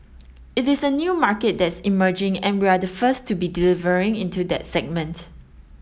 it is a new market that's emerging and we're the first to be delivering into that segment